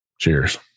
Cheers